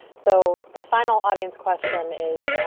so the final audience question is,